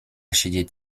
siedzieć